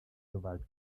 gewalt